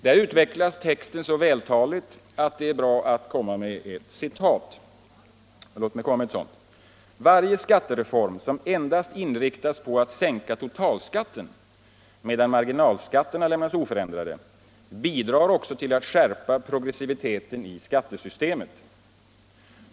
Där utvecklas texten så vältaligt att det passar bra med ett citat: ”Varje skattereform som endast inriktas på att sänka totalskatten medan marginalskatterna lämnas oförändrade bidrar också till att skärpa progressiviteten i skattesystemet.